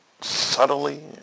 subtly